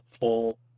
full